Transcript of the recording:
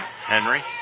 Henry